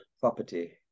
property